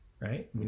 right